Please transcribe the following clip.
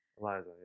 Eliza